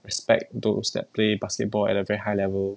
respect those that play basketball at a very high level